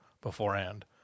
beforehand